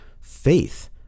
faith